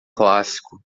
clássico